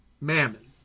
Mammon